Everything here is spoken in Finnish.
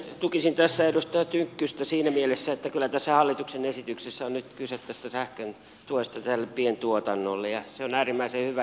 tukisin tässä edustaja tynkkystä siinä mielessä että kyllä tässä hallituksen esityksessä on nyt kyse sähkön tuesta pientuotannolle ja se on äärimmäisen hyvä